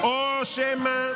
"או שמא,